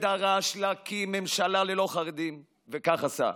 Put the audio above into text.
ודרש להקים ממשלה ללא חרדים, וכך עשה.